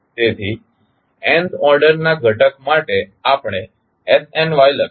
તેથી nth ઓર્ડરના ઘટક માટે આપણે snY લખ્યું છે